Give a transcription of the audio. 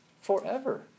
forever